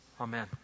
Amen